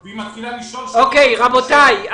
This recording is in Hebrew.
רבותיי,